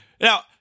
Now